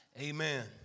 Amen